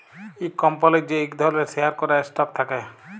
ইক কম্পলির যে ইক ধরলের শেয়ার ক্যরা স্টক থাক্যে